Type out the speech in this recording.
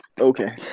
okay